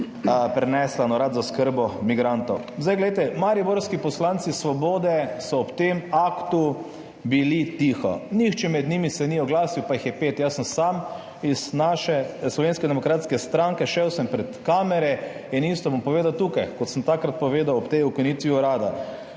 prenesla na Urad za oskrbo migrantov. Mariborski poslanci Svobode so bili ob tem aktu tiho, nihče med njimi se ni oglasil, pa jih je pet. Jaz sem sam iz naše Slovenske demokratske stranke, šel sem pred kamere in isto bom povedal tukaj, kot sem takrat povedal ob tej ukinitvi urada